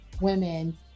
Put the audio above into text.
women